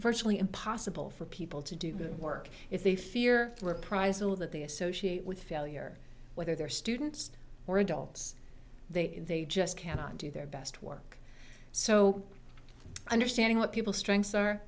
virtually impossible for people to do good work if they fear reprisals that they associate with failure whether they're students or adults they just cannot do their best work so understanding what people strengths are